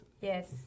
Yes